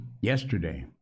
yesterday